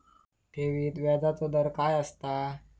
ठेवीत व्याजचो दर काय असता?